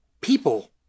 people